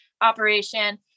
operation